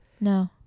no